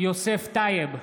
יוסף טייב,